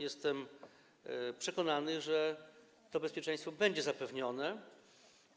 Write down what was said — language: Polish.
Jestem przekonany, że to bezpieczeństwo będzie zapewnione